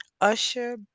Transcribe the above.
usher